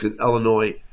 Illinois